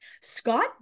Scott